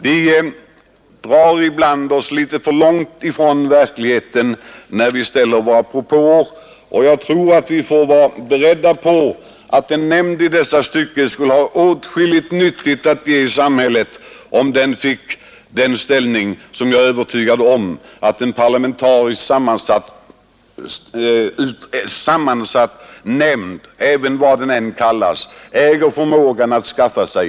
Vi drar oss ibland litet för långt ifrån verkligheten, när vi ställer våra propåer, och jag tror att vi får vara beredda på att en nämnd på detta område skulle ha åtskilligt nyttigt att ge samhället, om den fick den ställning som jag är övertygad om att en parlamentariskt sammansatt nämnd, vad den än kallas, äger förmågan att skaffa sig.